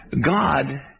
God